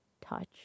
touch